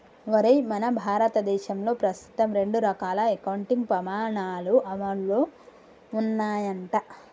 ఒరేయ్ మన భారతదేశంలో ప్రస్తుతం రెండు రకాల అకౌంటింగ్ పమాణాలు అమల్లో ఉన్నాయంట